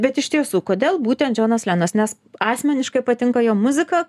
bet iš tiesų kodėl būtent džonas lenas nes asmeniškai patinka jo muzika